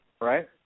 right